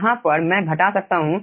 यहाँ पर मैं घटा सकता हूं